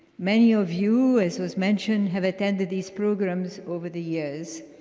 many of you, as was mentioned, have attended these programs over the years,